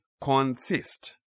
consist